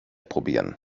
probieren